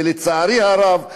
ולצערי הרב,